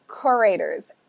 curators